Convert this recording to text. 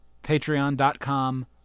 Patreon.com